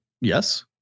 Yes